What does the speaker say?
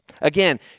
Again